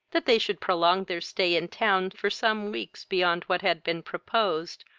that they should prolong their stay in town for some weeks beyond what had been proposed,